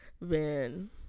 Man